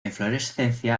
inflorescencia